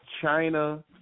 China